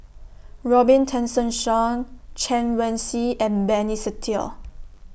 Robin Tessensohn Chen Wen Hsi and Benny Se Teo